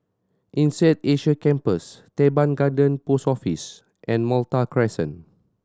INSEAD Asia Campus Teban Garden Post Office and Malta Crescent